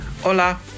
Hola